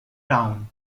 town